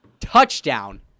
touchdown